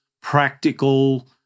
practical